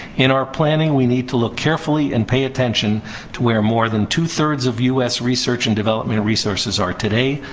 in our planning, we need to look carefully and pay attention to where more than two three of us research and development resources are today.